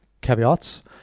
caveats